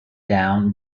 down